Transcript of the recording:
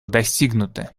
достигнуто